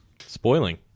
Spoiling